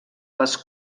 les